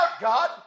God